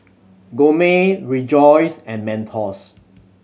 Gourmet Rejoice and Mentos